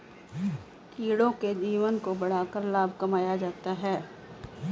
कीड़ों के जीवन को बढ़ाकर लाभ कमाया जाता है